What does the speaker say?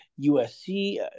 USC